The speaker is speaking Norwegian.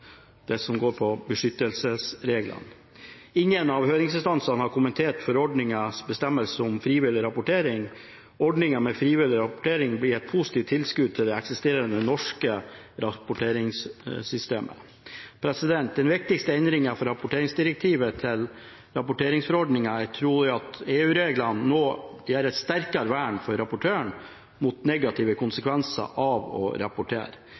det som dreier seg om beskyttelsesreglene. Ingen av høringsinstansene har kommentert forordningens bestemmelser om frivillig rapportering. Ordningen med frivillig rapportering blir et positivt tilskudd til det eksisterende norske rapporteringssystemet. Den viktigste endringen fra rapporteringsdirektivet til rapporteringsforordningen er trolig at EU-reglene nå gir et sterkere vern for rapportøren mot negative konsekvenser av å rapportere